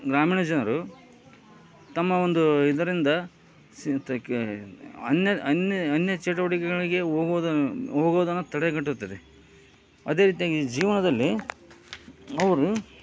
ಗ್ರಾಮೀಣ ಜನರು ತಮ್ಮ ಒಂದು ಇದರಿಂದ ಸಿತಕ್ಕೆ ಅನ್ಯ ಅನ್ಯ ಅನ್ಯ ಚಟುವಟಿಕೆಗಳಿಗೆ ಹೋಗೋದ ಹೋಗೋದನ್ನ ತಡೆಗಟ್ಟುತ್ತದೆ ಅದೇ ರೀತಿಯಾಗಿ ಜೀವನದಲ್ಲಿ ಅವರು